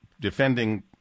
defending